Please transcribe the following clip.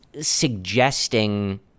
suggesting